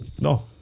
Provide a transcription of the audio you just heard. No